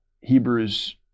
Hebrews